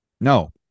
No